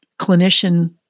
clinician